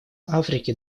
африки